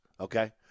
okay